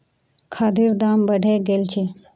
खादेर दाम बढ़े गेल छे